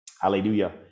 hallelujah